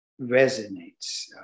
resonates